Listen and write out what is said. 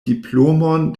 diplomon